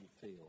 feel